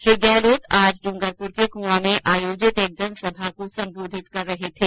श्री गहलोत आज ड्रंगरपुर के कुआ में आयोजित एक जनसभा को संबोधित कर रहे गी